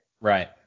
right